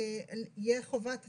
תהיה חובת תרגום,